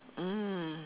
mm